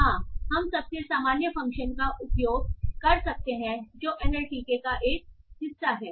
हां हम सबसे सामान्य फ़ंक्शन का उपयोग कर सकते हैं जो एनएलटीके का एक हिस्सा है